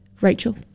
Rachel